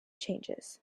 changes